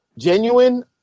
genuine